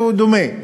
הוא דומה,